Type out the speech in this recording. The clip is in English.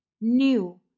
new